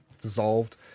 dissolved